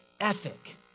ethic